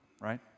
right